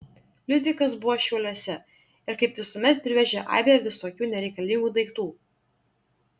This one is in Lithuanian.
liudvikas buvo šiauliuose ir kaip visuomet privežė aibę visokių nereikalingų daiktų